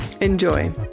Enjoy